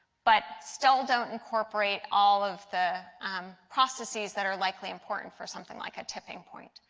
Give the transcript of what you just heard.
but still don't incorporate all of the um processes that are likely important for something like a tipping point.